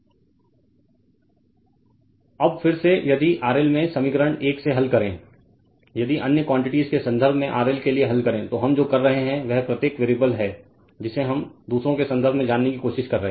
Refer Slide Time 1049 Refer Slide Time 1107 अब फिर से यदि RL में समीकरण 1 से हल करें यदि अन्य क्वॉन्टिटीज़ के संदर्भ में RL के लिए हल करें तो हम जो कर रहे हैं वह प्रत्येक वेरिएबल है जिसे हम दूसरों के संदर्भ में जानने की कोशिश कर रहे हैं